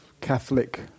Catholic